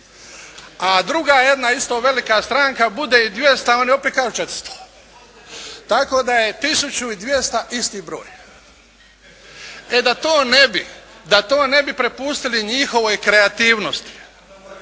a druga jedna isto velika stranka bude ih 200, a oni opet kažu 400, tako da je tisuću i 200 isti broj. E da to ne bi prepustili njihovoj kreativnost,